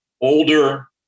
older